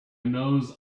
knows